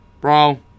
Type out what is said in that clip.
bro